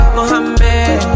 Mohammed